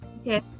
Okay